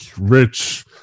rich